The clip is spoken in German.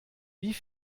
wie